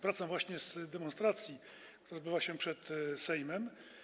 Wracam właśnie z demonstracji, która odbywa się przed Sejmem.